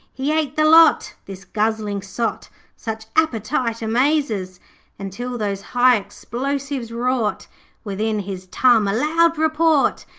he ate the lot, this guzzling sot such appetite amazes until those high explosives wrought within his tum a loud report,